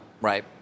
Right